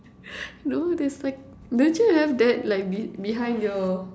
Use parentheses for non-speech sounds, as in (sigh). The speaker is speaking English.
(laughs) no there's like don't you have that like be~ behind your